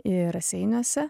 ir raseiniuose